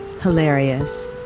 hilarious